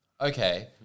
Okay